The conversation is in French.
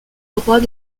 droit